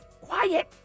Quiet